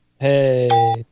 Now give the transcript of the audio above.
Hey